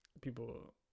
people